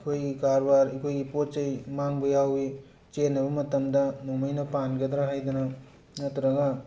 ꯑꯩꯈꯣꯏꯒꯤ ꯀꯥꯔꯕꯥꯔ ꯑꯩꯈꯣꯏꯒꯤ ꯄꯣꯠ ꯆꯩ ꯃꯥꯡꯕ ꯌꯥꯎꯏ ꯆꯦꯟꯅꯕ ꯃꯇꯝꯗ ꯅꯣꯡꯃꯩꯅ ꯄꯥꯟꯒꯗꯔꯥ ꯍꯥꯏꯗꯅ ꯅꯠꯇ꯭ꯔꯒ